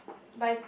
but